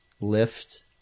lift